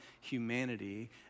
humanity